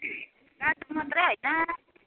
मासुको मात्रै होइन